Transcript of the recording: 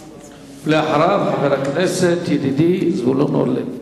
אחריו, חבר הכנסת ידידי זבולון אורלב.